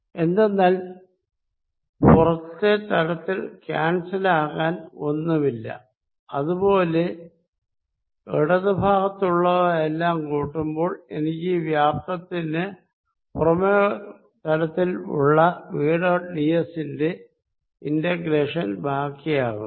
എന്തെന്നാൽ പുറത്തേ തലത്തിൽ ക്യാന്സലാക്കാൻ ഒന്നുമില്ല അതുപോലെ ഇടതു ഭാഗത്ത് ഉള്ളവ എല്ലാം കൂട്ടുമ്പോൾ എനിക്ക് ഈ വ്യാപ്തത്തിന് പുറമേ തലത്തിൽ ഉള്ള വി ഡോട്ട് ഡി എസ് ന്റെ ഇന്റ്റഗ്രേഷൻ ബാക്കി ആകുന്നു